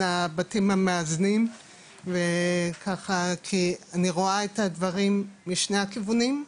הבתים המאזנים ואני רואה את הדברים משני הכיוונים.